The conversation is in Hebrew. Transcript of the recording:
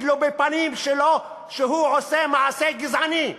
לו בפנים שלו שהוא עושה מעשה גזעני.